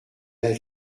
avait